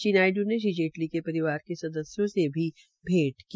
श्री नायडू ने श्री जेटली के परिवार के सदस्यों से भी भेंट की